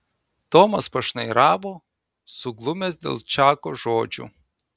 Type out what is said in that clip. tomas pašnairavo suglumęs dėl čako žodžių